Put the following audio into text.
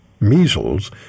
measles